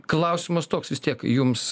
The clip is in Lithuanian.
klausimas toks vis tiek jums